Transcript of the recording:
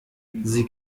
sie